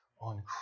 on